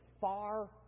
far